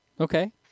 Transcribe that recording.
Okay